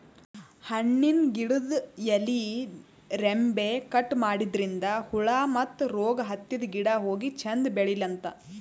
ಹಣ್ಣಿನ್ ಗಿಡದ್ ಎಲಿ ರೆಂಬೆ ಕಟ್ ಮಾಡದ್ರಿನ್ದ ಹುಳ ಮತ್ತ್ ರೋಗ್ ಹತ್ತಿದ್ ಗಿಡ ಹೋಗಿ ಚಂದ್ ಬೆಳಿಲಂತ್